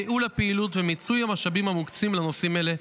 ייעול הפעילות ומיצוי המשאבים המוקצים לנושאים אלה,